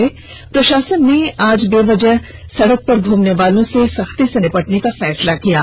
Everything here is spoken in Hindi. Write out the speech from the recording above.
वहीं प्रशासन ने आज बेवजह सड़क पर घूमने वालों से सख्ती से निबटने का फैसला किया है